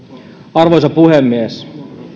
arvoisa puhemies